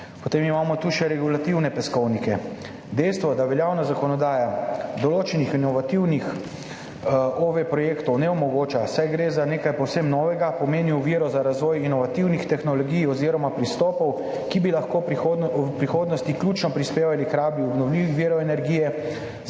Potem imamo tu še regulativne peskovnike. Dejstvo, da veljavna zakonodaja določenih inovativnih projektov OVE ne omogoča, saj gre za nekaj povsem novega, pomeni oviro za razvoj inovativnih tehnologij oziroma pristopov, ki bi lahko v prihodnosti ključno prispevali k rabi obnovljivih virov energije,